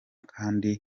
kandi